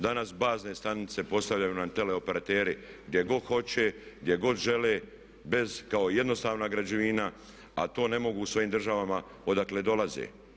Danas bazne stanice postavljaju nam teleoperateri gdje god hoće, gdje god žele kao jednostavnu građevinu, a to ne mogu u svojim državama odakle dolaze.